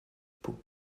pot